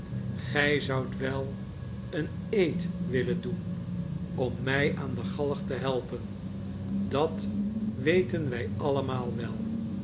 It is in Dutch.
gij zoudt wel een eed willen doen om mij aan de galg te helpen dat weten wij allemaal wel